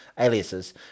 Aliases